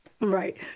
Right